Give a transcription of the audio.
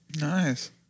nice